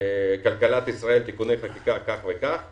איציק דניאל, אתה רוצה להסביר?